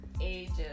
ages